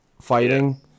fighting